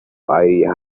idea